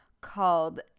called